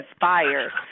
fire